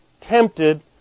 tempted